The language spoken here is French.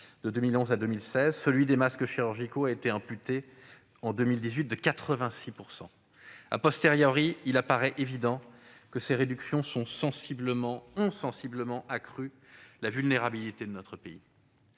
de 2011 à 2016, celui des masques chirurgicaux a été amputé de 86 % en 2018., il apparaît évident que ces réductions ont sensiblement accru la vulnérabilité de notre pays.